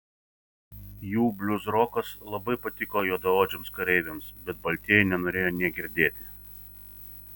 jų bliuzrokas labai patiko juodaodžiams kareiviams bet baltieji nenorėjo nė girdėti